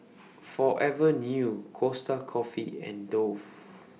Forever New Costa Coffee and Dove